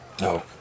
No